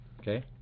Okay